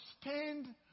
spend